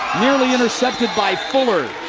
nearly intercepted by fuller.